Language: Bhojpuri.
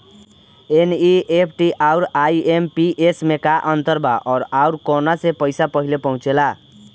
एन.ई.एफ.टी आउर आई.एम.पी.एस मे का अंतर बा और आउर कौना से पैसा पहिले पहुंचेला?